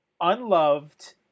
unloved